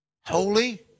holy